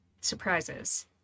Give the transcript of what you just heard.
surprises